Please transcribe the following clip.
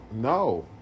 no